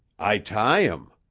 i tie em.